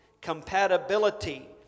compatibility